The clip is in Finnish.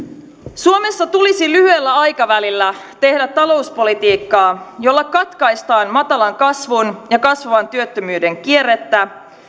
suomessa tulisi lyhyellä aikavälillä tehdä talouspolitiikkaa jolla katkaistaan matalan kasvun ja kasvavan työttömyyden kierrettä